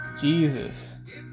Jesus